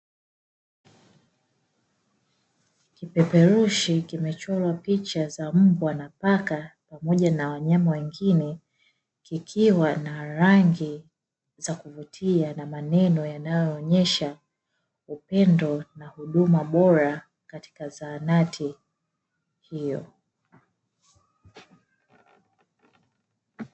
Kipeperushi kimechorwa picha za mbwa na paka pamoja na wanyama wengine, kikiwa na rangi za kuvutia na maneno yanayoonyesha upendo na huduma bora katika zahanati hio.